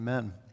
Amen